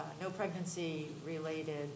no-pregnancy-related